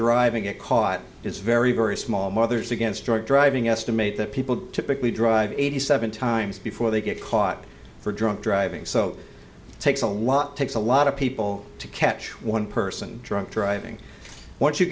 drive and get caught is very very small mothers against drunk driving estimate that people typically drive eighty seven times before they get caught for drunk driving so it takes a lot takes a lot of people to catch one person drunk driving once you